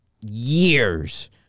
years